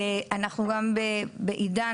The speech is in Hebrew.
אנחנו גם בעידן